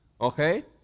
Okay